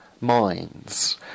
minds